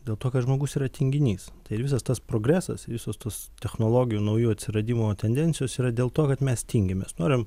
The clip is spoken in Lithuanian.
dėl to kad žmogus yra tinginys tai ir visas tas progresas visos tos technologijų naujų atsiradimo tendencijos yra dėl to kad mes tingim mes norim